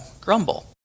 grumble